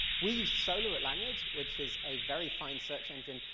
we used solr at lanyrd which is a very fine search engine,